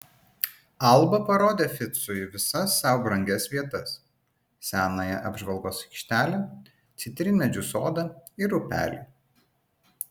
alba parodė ficui visas sau brangias vietas senąją apžvalgos aikštelę citrinmedžių sodą ir upelį